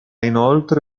inoltre